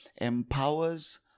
empowers